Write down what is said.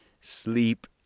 sleep